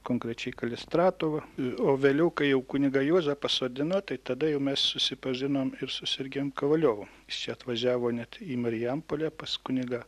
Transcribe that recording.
konkrečiai kalistratova o vėliau kai jau kunigą juozą pasodino tai tada jau mes susipažinom ir su sergejum kovaliovu šie atvažiavo net į marijampolę pas kunigą